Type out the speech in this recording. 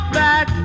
back